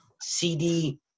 CD